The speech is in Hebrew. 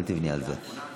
אל תבני על זה.